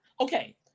Okay